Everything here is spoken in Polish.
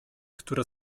które